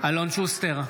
אלון שוסטר,